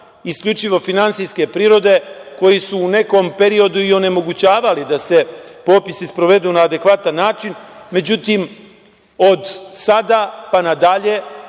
isključivo finansijske prirode koji su u nekom periodu i onemogućavali da se popisi sprovedu na adekvatan način. Međutim, od sada pa nadalje